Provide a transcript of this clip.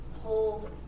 hold